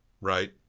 right